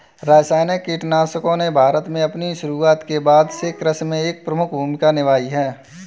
रासायनिक कीटनाशकों ने भारत में अपनी शुरूआत के बाद से कृषि में एक प्रमुख भूमिका निभाई है